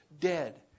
Dead